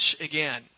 again